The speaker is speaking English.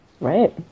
Right